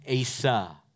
Asa